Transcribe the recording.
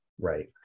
Right